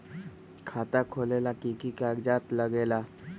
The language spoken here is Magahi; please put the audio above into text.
खाता खोलेला कि कि कागज़ात लगेला?